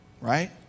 Right